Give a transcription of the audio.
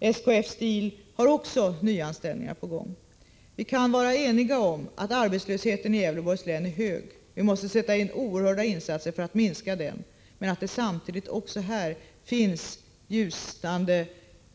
SKF Steel har också nyanställningar på gång. Vi kan vara eniga om att arbetslösheten i Gävleborgs län är hög — och vi måste göra oerhörda insatser för att nedbringa den — men att det samtidigt också här finns tecken